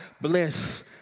bless